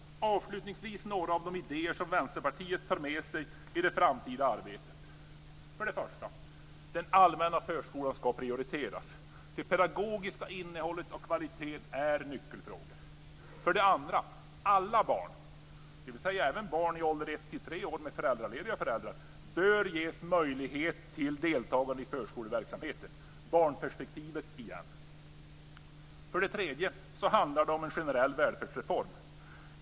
Avslutningsvis vill jag ta upp några av de idéer som Vänsterpartiet tar med sig i det framtida arbetet. För det första: Den allmänna förskolan ska prioriteras. Det pedagogiska innehållet och kvaliteten är nyckelfrågor. För det andra: Alla barn, dvs. även barn i åldern ett till tre år med föräldralediga föräldrar, bör ges möjlighet till deltagande i förskoleverksamheten. Det är barnperspektivet igen. För det tredje handlar det om en generell välfärdsreform.